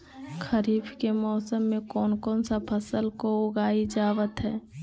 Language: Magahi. खरीफ के मौसम में कौन कौन सा फसल को उगाई जावत हैं?